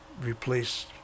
replace